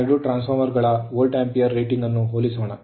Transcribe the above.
ಎರಡು transformer ಗಳ volt ampere rating ಅನ್ನು ಹೋಲಿಸೋಣ